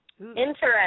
Interesting